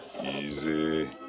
Easy